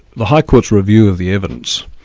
the high court's review of the evidence,